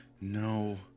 No